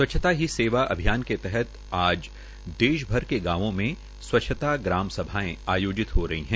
स्वच्छता ही सेवा अभियान के तहत आज देश भर के गांवों में स्वच्छता ग्राम सभाएं आयोजित हो रही है